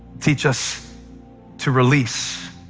teach us to release,